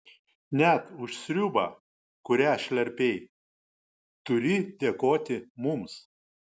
net už sriubą kurią šlerpei turi dėkoti mums